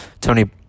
Tony